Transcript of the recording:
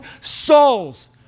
souls